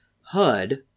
Hud